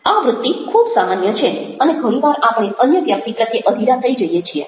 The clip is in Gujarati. આ વ્રુત્તિ ખૂબ સામાન્ય છે અને ઘણી વાર આપણે અન્ય વ્યક્તિ પ્રત્યે અધીરા થઈ જઈએ છીએ